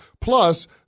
Plus